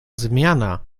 zmiana